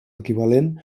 equivalent